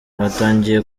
batangiye